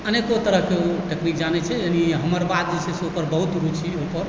अनेको तरहकेँ ओ टेक्निक जानै छै यानी हमर बाद जे छै से ओकर बहुत रूचि ओकर छै